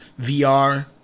VR